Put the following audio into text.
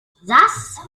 zes